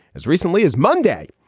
as recently as monday.